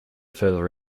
further